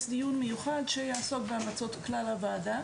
דיון מיוחד שיעסוק בהמלצות כלל הוועדה.